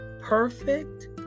Perfect